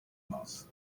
moss